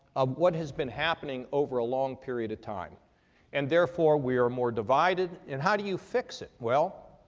of what has been happening over a long period of time and therefore we are more divided. and how do you fix it? well,